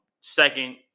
second